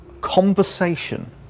conversation